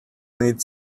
need